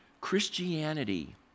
Christianity